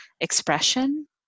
expression